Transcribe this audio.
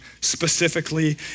specifically